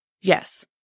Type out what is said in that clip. Yes